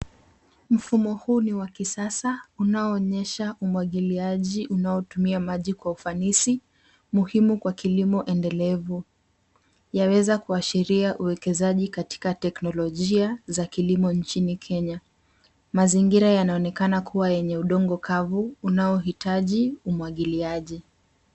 Mfumo huu ni wa kisasa unaoonyesha umwagiliaji unaotumia maji kwa ufanisi, muhimu kwa kilimo endelevu. Yaweza kuashiria uwekezaji katika teknolojia za kilimo nchini Kenya. Mazingira yanaonekana kuwa yenye udongo kavu, unaohitaji umwagiliaji.